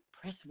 Press